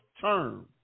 term